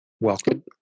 Welcome